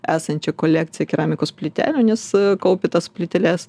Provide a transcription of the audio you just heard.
esančia kolekcija keramikos plytelių nes kaupė tas plyteles